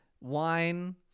wine